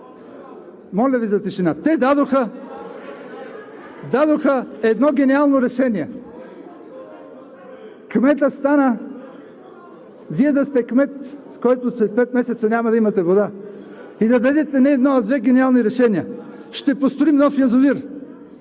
Моля Ви за тишина! Те дадоха едно гениално решение – кметът стана… Вие да сте кмет, който след пет месеца няма да имате вода и да дадете не едно, а две гениални решения: „Ще построим нов язовир.“